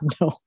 No